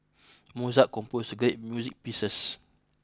Mozart composed great music pieces